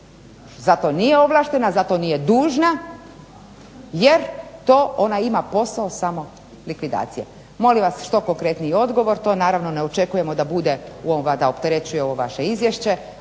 za to nije ovlaštena, za to nije dužna jer to ona ima posao samo likvidacije. Molim vas što konkretniji odgovor, to ne očekujemo da bude da opterećuje vaše izvješće